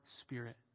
spirit